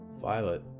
Violet